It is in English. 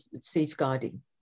safeguarding